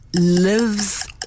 Lives